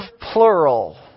plural